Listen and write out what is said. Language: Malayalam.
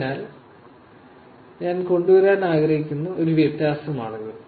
അതിനാൽ ഞാൻ കൊണ്ടുവരാൻ ആഗ്രഹിക്കുന്ന ഒരു വ്യത്യാസമാണിത്